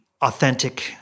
authentic